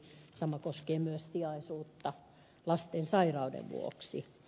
sama koskee myös sijaisuutta lasten sairauden vuoksi